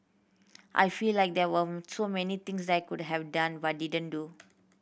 I felt like there were so many things I could have done but didn't do